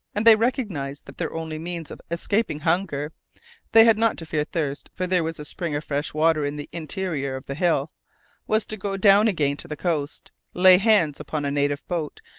and they recognized that their only means of escaping hunger they had not to fear thirst, for there was a spring of fresh water in the interior of the hill was to go down again to the coast, lay hands upon a native boat,